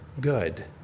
good